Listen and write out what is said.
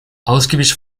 ausgiebig